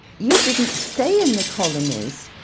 you didn't stay in the colonies.